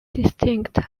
distinct